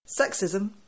Sexism